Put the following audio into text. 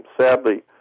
Sadly